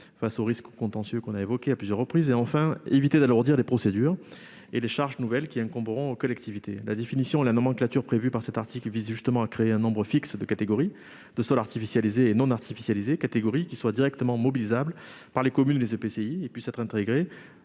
face aux risques de contentieux que nous avons évoqués à plusieurs reprises, enfin, éviter d'alourdir les procédures et les charges nouvelles qui incomberont aux collectivités. La définition et la nomenclature prévues par cet article visent justement à créer un nombre fixe de catégories de sols artificialisés et non artificialisés qui soient directement mobilisables par les communes et les EPCI et qui puissent être intégrées